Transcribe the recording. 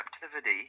captivity